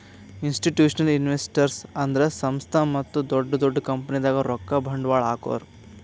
institutional investors ಅಂದ್ರ ಸಂಸ್ಥಾ ಮತ್ತ್ ದೊಡ್ಡ್ ದೊಡ್ಡ್ ಕಂಪನಿದಾಗ್ ರೊಕ್ಕ ಬಂಡ್ವಾಳ್ ಹಾಕೋರು